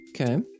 Okay